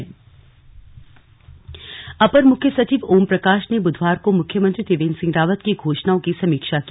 slug समीक्षा बैठक अपर मुख्य सचिव ओमप्रकाश ने बुधवार को मुख्यमंत्री त्रिवेंद्र सिंह रावत की घोषणाओं की समीक्षा की